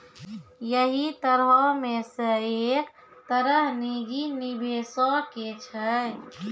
यहि तरहो मे से एक तरह निजी निबेशो के छै